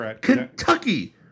Kentucky